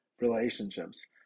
relationships